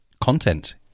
content